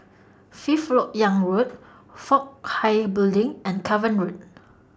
Fifth Lok Yang Road Fook Hai Building and Cavan Road